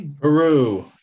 Peru